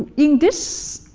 in this